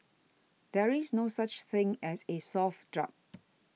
there is no such thing as a soft drug